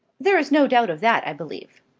there is no doubt of that, i believe.